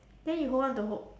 then you hold on to hope